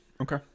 Okay